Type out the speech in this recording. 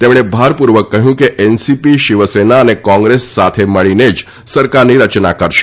તેમણે ભારપૂર્વક કહ્યું કે એનસીપી શિવસેના અને કોંગ્રેસ સાથે મળીને જ સરકારની રચના કરશે